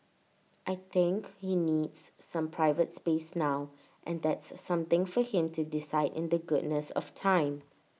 I think he needs some private space now and that's something for him to decide in the goodness of time